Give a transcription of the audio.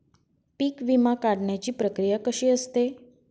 पीक विमा काढण्याची प्रक्रिया कशी असते?